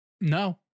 no